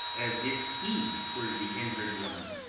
as if he were the injured one,